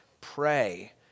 Pray